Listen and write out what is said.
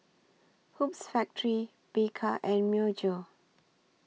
Hoops Factory Bika and Myojo